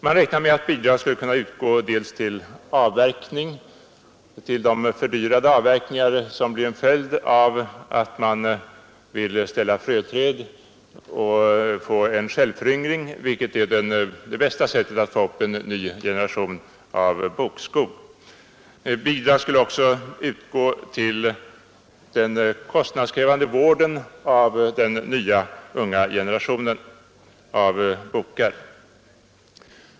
Man räknar med att bidrag skall kunna utgå till de fördyrade avverkningar som blir en följd av att man vill ställa fröträd och få en självföryngring, vilket är det bästa sättet att få upp en ny generation av bokskog. Bidrag skulle också utgå till den kostnadskrävande vården av den nya unga generationen av bokar.